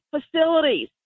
facilities